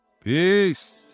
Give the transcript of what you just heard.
Peace